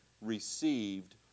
received